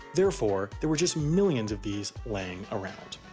therefore, there were just millions of these laying around.